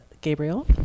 gabriel